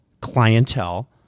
clientele